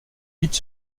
vite